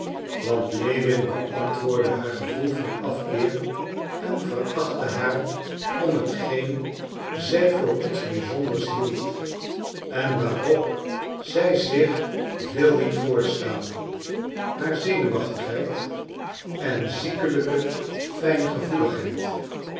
want lewin beantwoordde haar gevoel van afkeer en verachtte haar om hetgeen zij voor iets bizonders hield en waarop zij zich veel liet voorstaan haar zenuwachtigheid en ziekelijke fijngevoeligheid